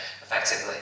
effectively